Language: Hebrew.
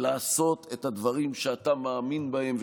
לעשות את הדברים שאתה מאמין בהם,